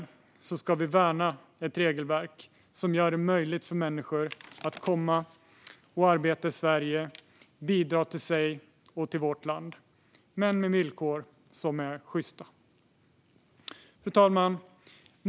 I grunden ska vi värna ett regelverk som gör det möjligt för människor att komma hit och arbeta i Sverige och bidra både till sig själva och till vårt land men med villkor som är sjysta. Fru talman!